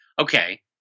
Okay